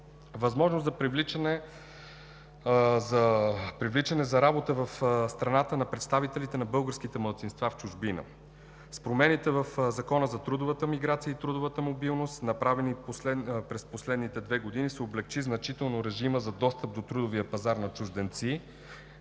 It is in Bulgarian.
Възможност за привличане за работа в страната на представителите на българските малцинства в чужбина. С промените в Закона за трудовата миграция и трудовата мобилност, направени през последните две години, се облекчи значително режимът за достъп до трудовия пазар на чужденци